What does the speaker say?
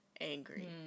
Angry